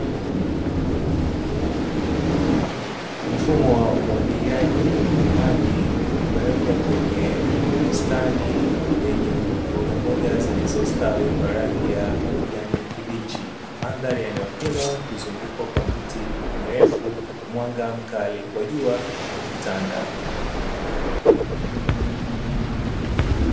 Mfumo wa umwagiliaji maji umewekwa kwenye bustani yenye mbogamboga zilizostawi kwa rangi ya kijani kibichi, mandhari ya eneo hilo ikizungukwa kwa miti mirefu mwanga mkali wa jua ukitanda.